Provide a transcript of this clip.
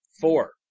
Four